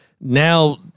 Now